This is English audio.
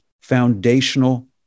foundational